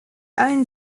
allen